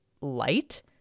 light